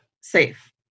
safe